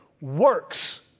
works